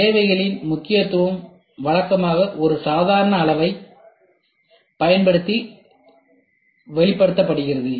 தேவைகளின் முக்கியத்துவம் வழக்கமாக ஒரு சாதாரண அளவைப் பயன்படுத்தி வெளிப்படுத்தப்படுகிறது